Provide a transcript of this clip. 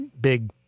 big